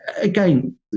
again